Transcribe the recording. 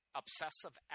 obsessive